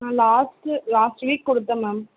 ma'am last last week கொடுத்தேன் ma'am